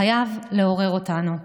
חייב לעורר אותנו,